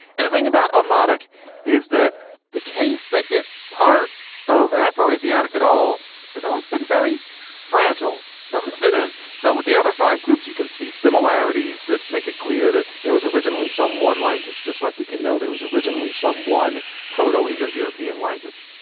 and the thing about a monarch is that the case that it's part of aphrodisiac at all has always been very fragile. it doesn't fit in. so with the other five groups, you can see similarities that make it clear that there was originally some one language, just like we can know there was originally someone proto-indo-european language.